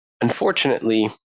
Unfortunately